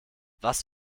was